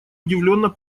удивленно